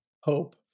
hope